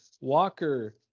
walker